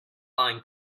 line